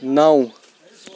نَو